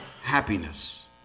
happiness